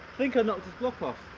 think i knocked his block off.